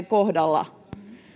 kohdalla